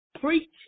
preach